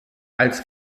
als